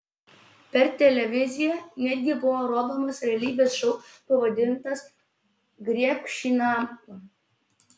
per televiziją netgi buvo rodomas realybės šou pavadintas griebk šį namą